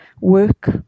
work